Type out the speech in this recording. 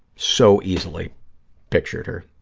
so easily pictured her.